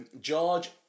George